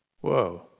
Whoa